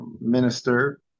minister